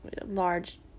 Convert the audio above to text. large